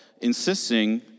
insisting